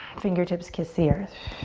fingertips kiss the earth.